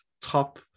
top